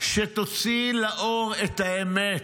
שתוציא לאור את האמת,